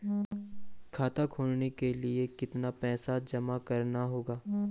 खाता खोलने के लिये कितना पैसा जमा करना होगा?